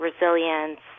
resilience